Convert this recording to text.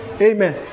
Amen